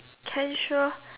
can sure